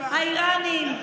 האיראנים,